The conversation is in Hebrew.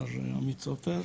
מר עמית סופר,